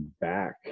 back